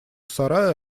сарая